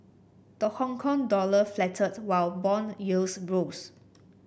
the Hong Kong dollar faltered while bond yields rose